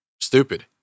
stupid